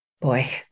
Boy